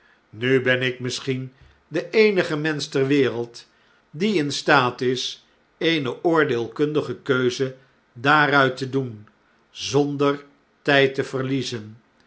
nu ben ik misschien de eenige mensch ter wereld die in staat is eene oordeelkundige keuze daaruit te doen zonder tijd te verliezen